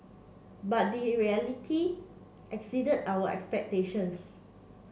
but the reality exceeded our expectations